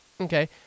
Okay